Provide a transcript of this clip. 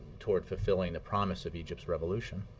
toward fulfilling the promise of egypt's revolution,